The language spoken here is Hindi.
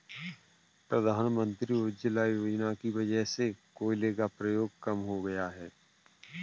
प्रधानमंत्री उज्ज्वला योजना की वजह से कोयले का प्रयोग कम हो गया है